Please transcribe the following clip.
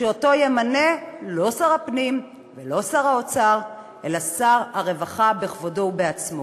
שאותו ימנה לא שר הפנים ולא שר האוצר אלא שר הרווחה בכבודו ובעצמו.